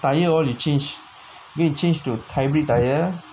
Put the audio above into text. tyre all you change you go and change the tyre